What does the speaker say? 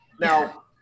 Now